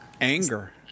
Anger